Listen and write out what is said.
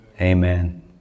amen